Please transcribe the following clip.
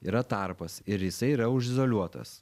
yra tarpas ir jisai yra užizoliuotas